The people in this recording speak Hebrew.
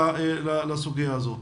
לסוגיה הזו.